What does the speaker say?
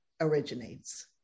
originates